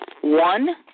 one